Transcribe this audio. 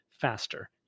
faster